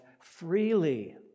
freely